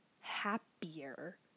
happier